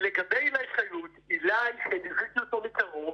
לגבי עילי חיות, עילי, אותו ליוויתי מקרוב,